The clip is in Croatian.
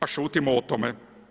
A šutimo o tome.